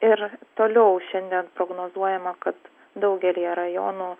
ir toliau šiandien prognozuojama kad daugelyje rajonų